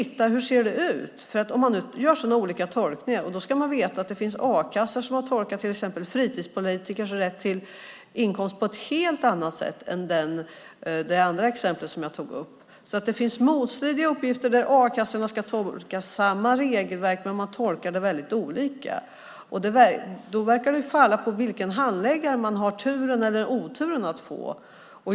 Hur ser det ut? Vi ska veta att det finns a-kassor som har tolkat fritidspolitikers rätt till inkomst på ett helt annat sätt än det andra exemplet som jag har tagit upp. Det finns motstridiga uppgifter där a-kassorna ska tolka samma regelverk, men det tolkas olika. Det verkar falla på vilken handläggare man har turen eller oturen att få.